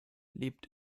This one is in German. lebt